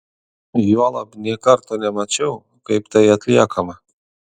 juolab nė karto nemačiau kaip tai atliekama